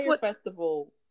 Festival